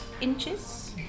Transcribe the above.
inches